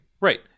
Right